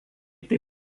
tai